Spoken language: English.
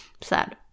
sad